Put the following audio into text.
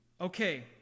Okay